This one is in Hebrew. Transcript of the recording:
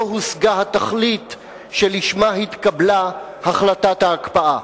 הושגה התכלית שלשמה התקבלה החלטת ההקפאה.